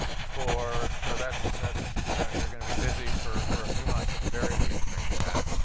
for so that's that's going to you're going to be busy for for a few months, at the very least, drinking that.